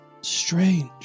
Strange